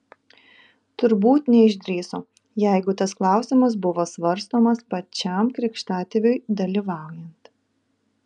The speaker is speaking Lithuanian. turbūt neišdrįso jeigu tas klausimas buvo svarstomas pačiam krikštatėviui dalyvaujant